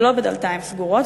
ולא בדלתיים סגורות,